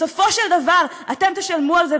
בסופו של דבר אתם תשלמו על זה,